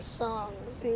songs